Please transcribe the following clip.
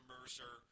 Mercer